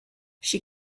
she